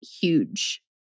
huge